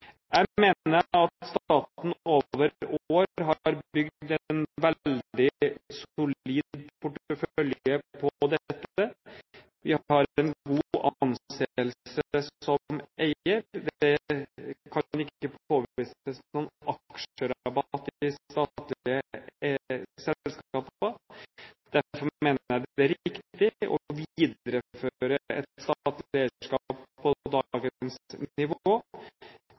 Jeg mener at staten over år har bygd en veldig solid portefølje. Vi har en god anseelse som eier. Det kan ikke påvises noen aksjerabatt i statlige selskaper. Derfor mener jeg det er riktig å videreføre et statlig eierskap på